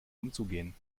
umzugehen